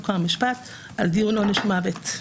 חוק ומשפט בדיון על עונש מוות.